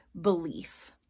belief